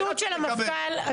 המפכ"ל.